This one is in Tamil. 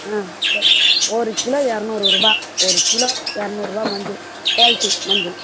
ஆ சரி ஒரு கிலோ இரநூறு ரூபா ஒரு கிலோ இரநூறுவா மஞ்சள் குவாலிட்டி மஞ்சள்